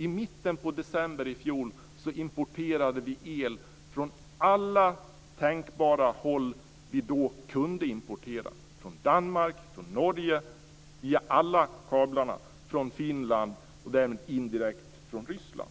I mitten av december i fjol importerade vi el från alla tänkbara håll - från Danmark, från Norge via alla kablarna och från Finland och därmed indirekt från Ryssland.